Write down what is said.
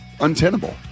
untenable